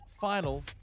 final